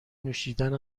نوشیدن